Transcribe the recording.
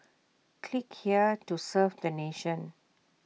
click here to serve the nation